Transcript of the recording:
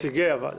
הצבעה בעד